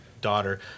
daughter